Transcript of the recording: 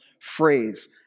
phrase